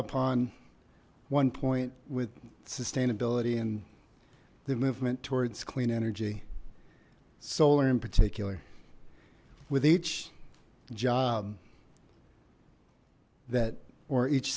upon one point with sustainability and the movement towards clean energy solar in particular with each job that or each